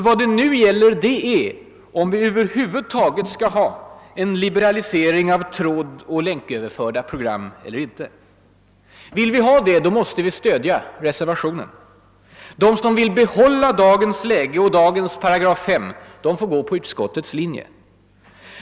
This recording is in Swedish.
Vad det nu gäller är om vi över huvud taget skall ha en liberalisering av trådoch länköverförda program eller inte. Vill vi ha det måste vi stödja reservationen. De som vill behålla dagens läge och dagens 5 8 får gå på utskottets Hinje.